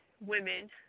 women